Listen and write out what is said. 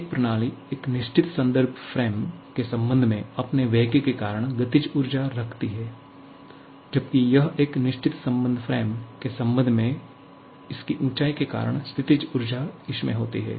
एक प्रणाली एक निश्चित संदर्भ फ्रेम के संबंध में अपने वेग के कारण गतिज ऊर्जा रखती है जबकि यह एक निश्चित संदर्भ फ्रेम के संबंध में इसकी ऊंचाई के कारण स्थितिज ऊर्जा उसमे होती है